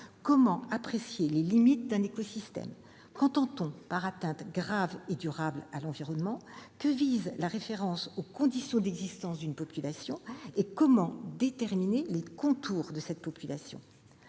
comment apprécier les limites d'un écosystème ? Qu'entend-on par « atteinte grave et durable à l'environnement »? Que vise la référence aux conditions d'existence d'une population et comment déterminer les contours de cette population ?